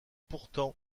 pourtant